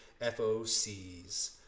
FOCs